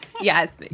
Yes